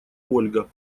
ольга